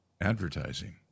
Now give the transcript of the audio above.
Advertising